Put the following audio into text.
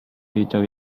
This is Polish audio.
wiedział